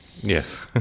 Yes